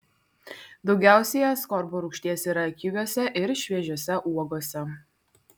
daugiausiai askorbo rūgšties yra kiviuose ir šviežiose uogose